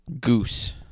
Goose